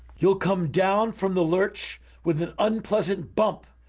you'll come down from the lurch with an unpleasant bump.